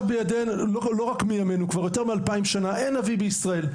כבר יותר מ-2,000 שנה שאין נביא בישראל.